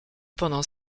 pendant